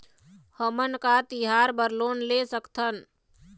हमन का तिहार बर लोन ले सकथन?